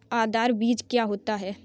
आधार बीज क्या होता है?